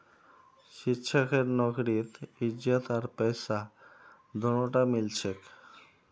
शिक्षकेर नौकरीत इज्जत आर पैसा दोनोटा मिल छेक